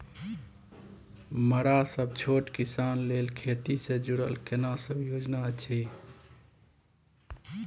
मरा सब छोट किसान लेल खेती से जुरल केना सब योजना अछि?